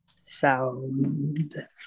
sound